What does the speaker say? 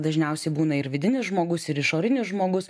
dažniausiai būna ir vidinis žmogus ir išorinis žmogus